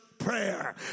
prayer